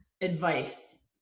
advice